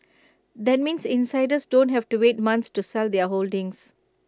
that means insiders don't have to wait months to sell their holdings